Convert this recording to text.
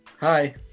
Hi